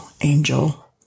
angel